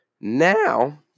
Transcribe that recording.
Now